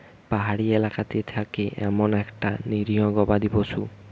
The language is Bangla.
পাহাড়ি এলাকাতে থাকে এমন একটা নিরীহ গবাদি পশু